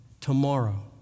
tomorrow